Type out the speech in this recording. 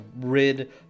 rid